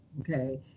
Okay